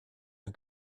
who